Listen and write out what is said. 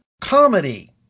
comedy